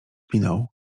minął